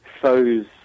foe's